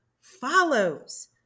follows